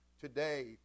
today